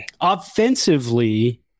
Offensively